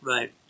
Right